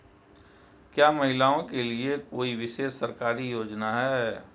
क्या महिलाओं के लिए कोई विशेष सरकारी योजना है?